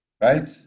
right